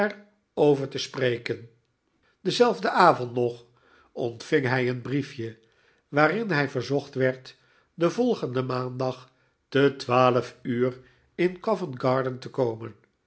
over te spreken denzelfden avond nog ontving hij een briefje waarin hij verzocht werd den volgenden maandag ten twaalf ure in covent-garden te komen